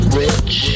rich